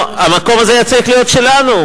המקום הזה היה צריך להיות שלנו.